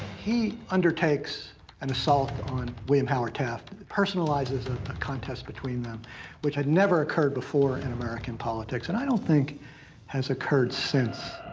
he undertakes an assault on william howard taft, personalizes a contest between them which had never occurred before in american politics. and i don't think has occurred since.